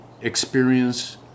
experience